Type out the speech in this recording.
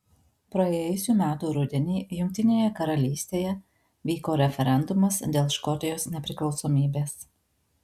praėjusių metų rudenį jungtinėje karalystėje vyko referendumas dėl škotijos nepriklausomybės